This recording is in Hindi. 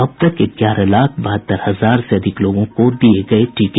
अब तक ग्यारह लाख बहत्तर हजार से अधिक लोगों को दिये गये टीके